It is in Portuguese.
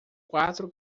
quatro